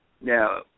now